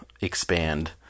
expand